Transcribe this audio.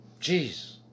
Jeez